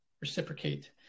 reciprocate